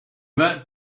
that